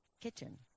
kitchen